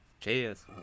Cheers